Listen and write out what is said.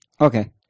Okay